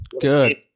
Good